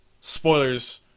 Spoilers